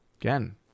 again